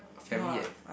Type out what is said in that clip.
family eh